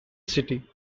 city